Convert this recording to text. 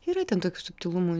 yra ten tokių subtilumų